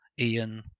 Ian